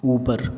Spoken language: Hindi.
ऊपर